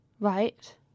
Right